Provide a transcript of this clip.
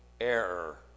error